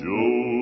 Joe